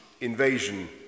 invasion